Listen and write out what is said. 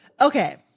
Okay